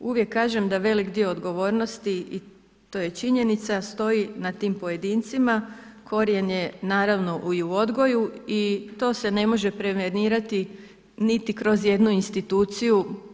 Uvijek kažem da velik dio odgovornosti i to je činjenica, stoji na tim pojedincima, korijen je naravno i u odgoju i to se ne može prevenirati niti kroz jednu instituciju.